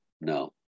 No